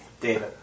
David